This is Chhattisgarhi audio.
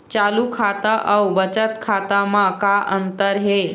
चालू खाता अउ बचत खाता म का अंतर हे?